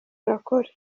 urakora